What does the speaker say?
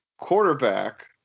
quarterback